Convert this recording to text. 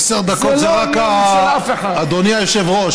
עשר דקות זה רק אדוני היושב-ראש,